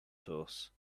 sauce